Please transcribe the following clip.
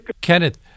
Kenneth